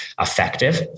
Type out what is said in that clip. effective